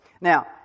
Now